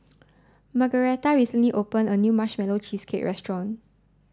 Margaretha recently opened a new marshmallow cheesecake restaurant